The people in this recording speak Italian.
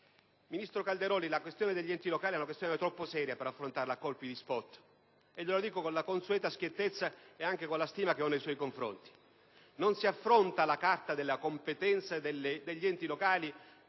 Ministro Calderoli, la questione degli enti locali è troppo seria per essere affrontata a colpi di *spot*; glielo dico con la consueta schiettezza e con la stima che nutro nei suoi confronti. Non si affronta la Carta delle competenze degli enti locali